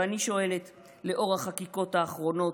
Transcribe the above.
ואני שואלת לאור החקיקות האחרונות,